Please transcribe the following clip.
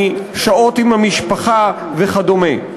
משעות עם המשפחה וכדומה.